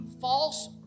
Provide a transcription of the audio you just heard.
false